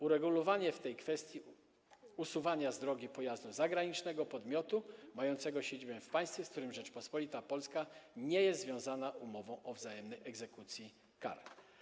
Uregulowana jest również kwestia usuwania z drogi pojazdu zagranicznego podmiotu mającego siedzibę w państwie, z którym Rzeczpospolita Polska nie jest związana umową o wzajemnej egzekucji kar.